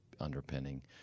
underpinning